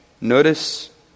Notice